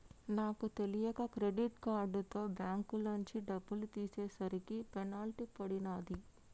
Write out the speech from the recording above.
నాకు తెలియక క్రెడిట్ కార్డుతో బ్యేంకులోంచి డబ్బులు తీసేసరికి పెనాల్టీ పడినాది